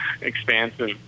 expansive